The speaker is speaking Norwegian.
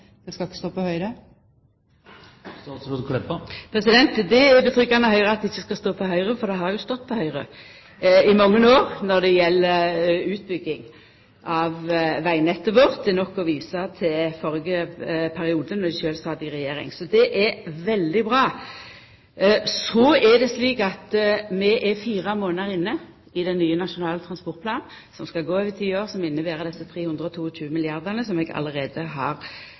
Det skal ikke stå på Høyre. Det er godt å høyra at det ikkje skal stå på Høgre, for det har jo stått på Høgre i mange år når det gjeld utbygging av vegnettet vårt. Det er nok å visa til førre periode då dei sjølve sat i regjering. Det er veldig bra. Så er det slik at vi er fire månader inne i den nye Nasjonal transportplan, som skal gå over ti år, og som inneber desse 322 milliardar kr, som eg allereie har